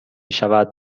شود